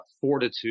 fortitude